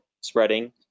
spreading